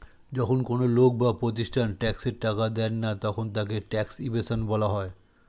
যখন কোন লোক বা প্রতিষ্ঠান ট্যাক্সের টাকা দেয় না তখন তাকে ট্যাক্স ইভেশন বলা হয়